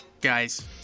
Guys